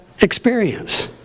experience